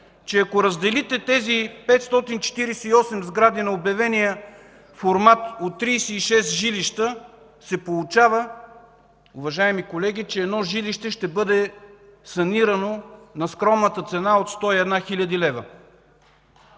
че ако разделите тези 548 сгради на обявения формат от 36 жилища, се получава, уважаеми колеги, че едно жилище ще бъде санирано на скромната цена от 101 хил. лв.